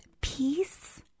peace